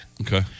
Okay